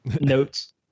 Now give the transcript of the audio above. notes